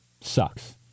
sucks